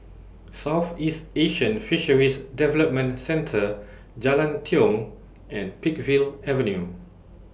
Southeast Asian Fisheries Development Centre Jalan Tiong and Peakville Avenue